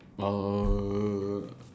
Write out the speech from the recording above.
uh